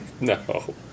no